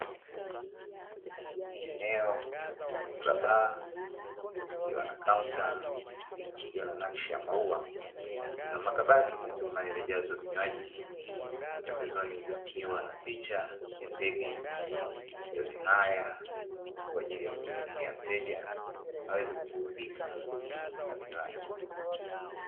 Eneo la baa likiwa na kaunta iliyo na nakishi ya maua lina makabati kwa nyuma yaliyojazwa vinywaji, pembezoni pakiwa na picha ya ndege; yote haya kwa ajili ya kumvutia mteja aweze kuburudika na vinywaji.